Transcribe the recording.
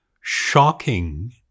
shocking